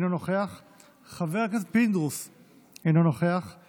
אינו נוכח, חבר הכנסת פינדרוס, אינו נוכח.